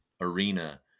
arena